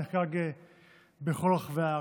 שנחגג בכל רחבי הארץ.